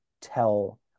tell